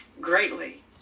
greatly